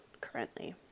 currently